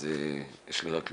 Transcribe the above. אז יש לי רק להודות.